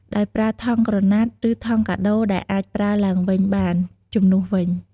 ដោយប្រើ ថង់ក្រណាត់ ឬ ថង់កាដូរដែលអាចប្រើឡើងវិញបាន ជំនួសវិញ។